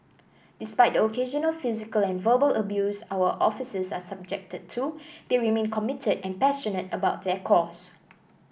despite the occasional physical and verbal abuse our officers are subjected to they remain committed and passionate about their cause